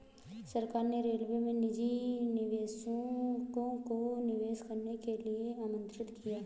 सरकार ने रेलवे में निजी निवेशकों को निवेश करने के लिए आमंत्रित किया